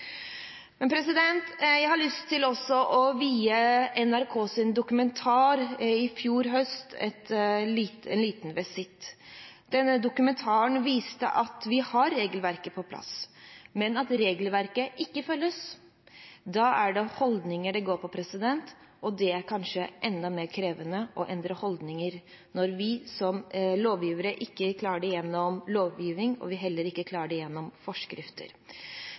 Jeg har lyst til også å vie NRKs dokumentar fra i fjor høst en liten visitt. Denne dokumentaren viste at vi har regelverket på plass, men at regelverket ikke følges. Da er det holdninger det går på, og det er kanskje enda mer krevende å endre holdninger når vi som lovgivere ikke klarer det gjennom lovgivning, og vi heller ikke klarer det gjennom forskrifter.